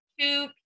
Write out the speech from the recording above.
two